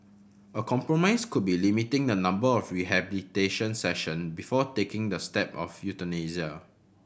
a compromise could be limiting the number of rehabilitation session before taking the step of euthanasia